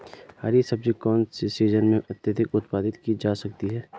हरी सब्जी कौन से सीजन में अत्यधिक उत्पादित की जा सकती है?